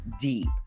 deep